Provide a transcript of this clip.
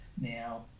Now